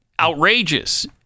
outrageous